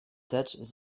touched